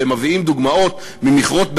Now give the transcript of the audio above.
והם מביאים דוגמאות ממכרות בארצות-הברית,